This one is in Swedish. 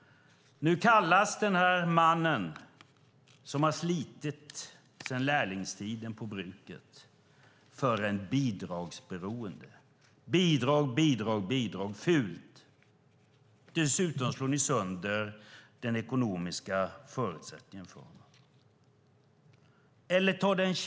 Nu kallas denne man som har slitit på bruket sedan lärlingstiden för bidragsberoende. Bidrag, bidrag, bidrag - fult! Dessutom slår ni sönder den ekonomiska förutsättningen för honom.